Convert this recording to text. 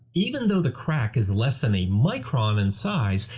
even though the crack is less than a micron in size,